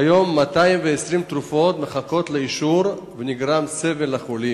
כיום 220 תרופות מחכות לאישור ונגרם סבל לחולים.